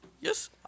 Yes